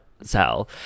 sell